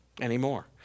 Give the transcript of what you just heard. anymore